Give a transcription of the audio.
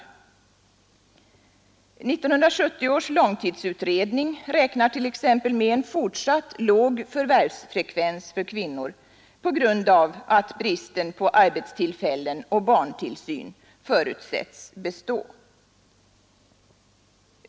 1970 års långtidsutredning räknar t.ex. med en fortsatt låg förvärvsfrekvens för kvinnor på grund av att bristen på arbetstillfällen och barntillsyn förutsätts bestå.